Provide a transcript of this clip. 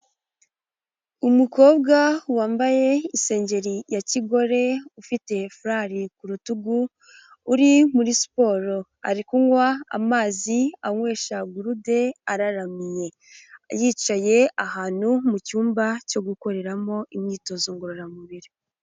Umukobwa wambaye isengeri ya kigore, ufite furari ku rutugu, uri muri siporo, ari kunywa amazi anywesha gurude araramye, yicaye ahantu mu cyumba cyo gukoreramo imyitozo ngororamubiri.